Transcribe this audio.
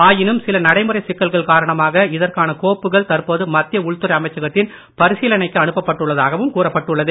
ஆயினும் சில நடைமுறை சிக்கல்கள் காரணமாக இதற்கான கோப்புகள் தற்போது மத்திய உள்துறை அமைச்சகத்தின் பரிசீலனைக்கு அனுப்பப் பட்டுள்ளதாகவும் கூறப்பட்டுள்ளது